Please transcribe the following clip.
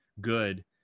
good